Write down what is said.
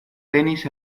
tenis